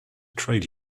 trade